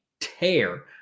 tear